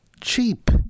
cheap